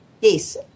Yes